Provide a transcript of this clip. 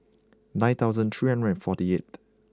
nine thousand three hundred and forty eighth